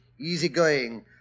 easygoing